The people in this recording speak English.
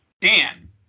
Dan